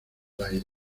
las